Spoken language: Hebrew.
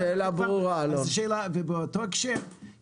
אלו הדברים פחות או יותר.